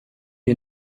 you